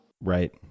Right